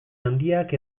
handiak